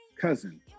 cousin